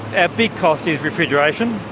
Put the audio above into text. ah big cost is refrigeration.